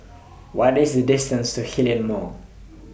What IS The distance to Hillion Mall